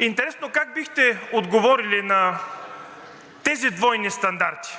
Интересно как бихте отговорили на тези двойни стандарти?